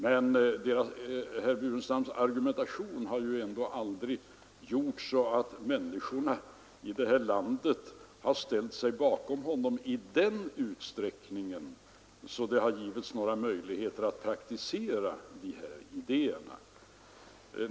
Men herr Burenstam Linders argumentation har aldrig fått människorna här i landet att ställa sig bakom honom i sådan utsträckning att det givits några möjligheter att praktisera de här idéerna.